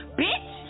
bitch